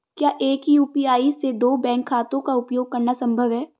क्या एक ही यू.पी.आई से दो बैंक खातों का उपयोग करना संभव है?